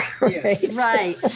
Right